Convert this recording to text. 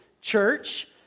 church